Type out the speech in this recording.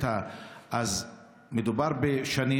אז מדובר בשנים,